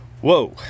whoa